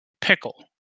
Pickle